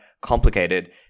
complicated